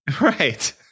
right